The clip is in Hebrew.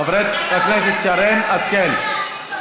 חברת הכנסת שרן השכל.